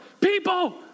people